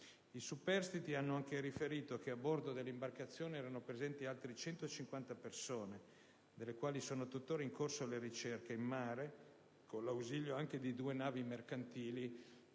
I superstiti hanno anche riferito che a bordo dell'imbarcazione erano presenti altre 150 persone, delle quali sono tutt'ora in corso le ricerche in mare, con l'ausilio anche di due navi mercantili;